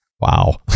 Wow